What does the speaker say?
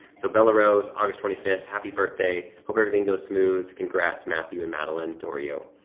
so bella rose, august twenty fifth, happy birthday. hope everything goes smooth. congrats, matthew and madeline doreo.